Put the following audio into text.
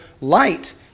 light